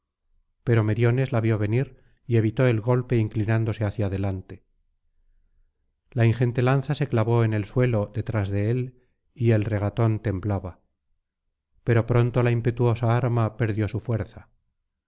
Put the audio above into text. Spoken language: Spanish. pero éste como la viera venir evitó el golpe inclinándose hacia adelante la fornida lanza se clavó en el suelo detrás de él y el regatón temblaba pero pronto la impetuosa arma perdió su fuerza